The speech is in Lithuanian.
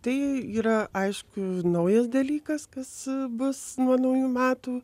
tai yra aišku naujas dalykas kas bus nuo naujų metų